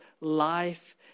life